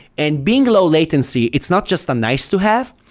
and being low latency, it's not just nice to have.